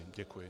Děkuji.